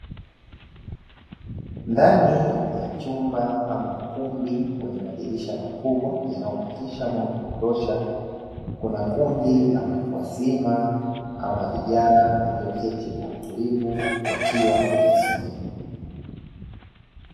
Ndani ya chumba ama ukumbi wenye madirisha makubwa yanayopitisha Mwanga wa kutosha, kuna kundi la watu wazima ama vijana walioketi kwa utulivu wakiwa wakisomea.